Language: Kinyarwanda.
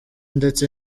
ndetse